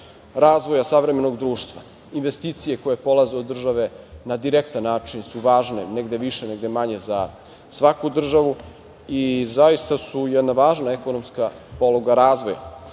razvoja savremenog društva. Investicije koje polaze od države na direktan način su važne, negde više, negde manje, za svaku državu i zaista su jedna važna ekonomska poluga razvoja. Ovaj